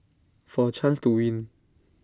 for A chance to win